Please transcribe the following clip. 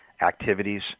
activities